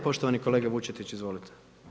Poštovani kolega Vučetić, izvolite.